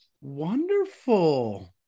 Wonderful